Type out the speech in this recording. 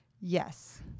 Yes